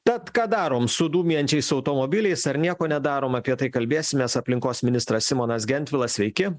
tad ką darom su dūmijančiais automobiliais ar nieko nedarom apie tai kalbėsimės aplinkos ministras simonas gentvilas sveiki